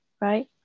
right